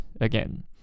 again